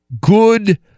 Good